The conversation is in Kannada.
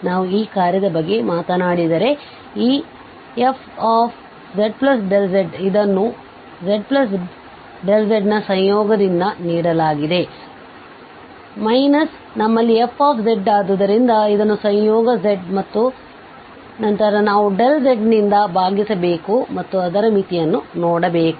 ನಾವು ಈ ಕಾರ್ಯದ ಬಗ್ಗೆ ಮಾತನಾಡಿದರೆ ಈfzz ಇದನ್ನು ಈ zz ನ ಸಂಯೋಗದಿಂದ ನೀಡಲಾಗಿದೆ ಮೈನಸ್ ನಮ್ಮಲ್ಲಿ f ಆದ್ದರಿಂದ ಇದನ್ನು ಸಂಯೋಗ z ಮತ್ತು ನಂತರ ನಾವು z ನಿಂದ ಭಾಗಿಸಬೇಕು ಮತ್ತು ಅದರ ಮಿತಿಯನ್ನು ನೋಡಬೇಕು